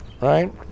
right